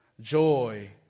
Joy